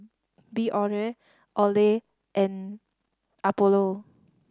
Biore Olay and Apollo